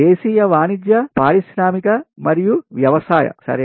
దేశీయ వాణిజ్య పారిశ్రామిక మరియు వ్యవసాయం సరే